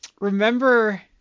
remember